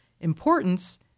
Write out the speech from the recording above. Importance